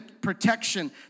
protection